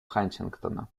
хантингтона